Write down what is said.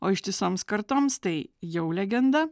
o ištisoms kartoms tai jau legenda